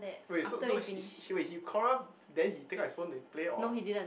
wait so so he he wait he quarrel then he take out his phone to play or